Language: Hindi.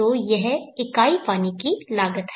तो यह इकाई पानी की लागत है